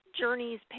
journeys